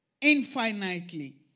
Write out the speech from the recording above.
infinitely